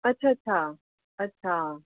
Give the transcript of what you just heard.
अच्छा अच्छा अच्छा